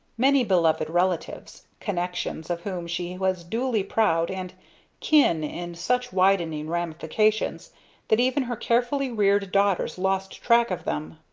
many beloved relatives, connections of whom she was duly proud and kin in such widening ramifications that even her carefully reared daughters lost track of them.